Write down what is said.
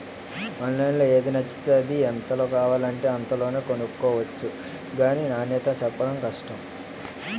ఆన్లైన్లో ఏది నచ్చితే అది, ఎంతలో కావాలంటే అంతలోనే కొనుక్కొవచ్చు గానీ నాణ్యతే చెప్పడం కష్టం